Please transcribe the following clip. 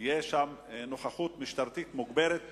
תהיה שם נוכחות משטרתית מוגברת,